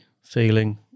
feeling